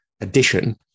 addition